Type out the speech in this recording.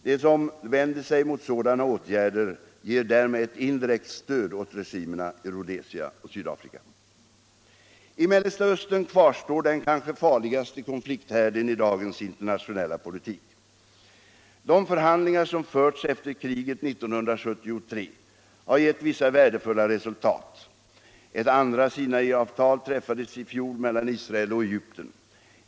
De som vänder sig mot sådana åtgärder ger därmed ett indirekt stöd åt regimerna i Rhodesia och Sydafrika. I Mellersta Östern kvarstår den kanske farligaste konflikthärden i dagens internationella politik. De förhandlingar som förts efter kriget 1973 har gett vissa värdefulla resultat. Ett andra Sinaiavta! träffades i fjol melian Israel och Egypten.